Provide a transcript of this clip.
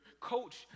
coach